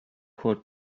called